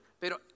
pero